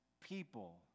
people